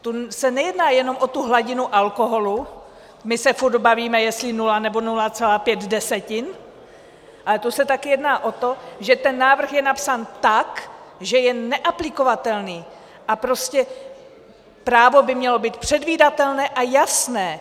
To se nejedná jenom o tu hladinu alkoholu, my se pořád bavíme, jestli nula, nebo nula celá pět desetin, ale tu se také jedná o to, že ten návrh je napsán tak, že je neaplikovatelný, a prostě právo by mělo být předvídatelné a jasné.